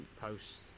post